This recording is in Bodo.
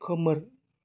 खोमोर